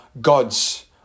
gods